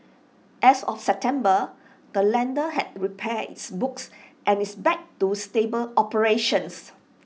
as of September the lender had repaired its books and is back to stable operations